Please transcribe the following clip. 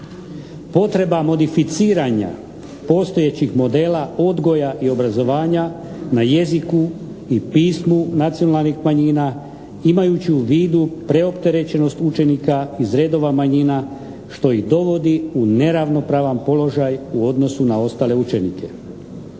Potreba modificiranja postojećih modela odgoja i obrazovanja na jeziku i pismu nacionalnih manjina, imajući u vidu preopterećenost učenika iz redova manjina, što ih dovodi u neravnopravan položaj u odnosu na ostale učenike.